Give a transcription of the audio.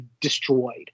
destroyed